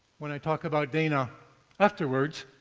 when i talk about dana afterwards,